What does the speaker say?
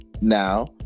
now